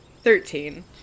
Thirteen